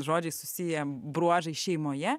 žodžiais susiję bruožai šeimoje